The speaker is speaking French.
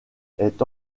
est